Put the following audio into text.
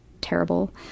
terrible